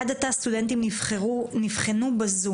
עד עתה סטודנטים נבחנו בזום.